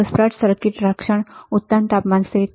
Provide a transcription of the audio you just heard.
Sburt circuit રક્ષણ • ઉત્તમ તાપમાન સ્થિરતા